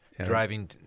Driving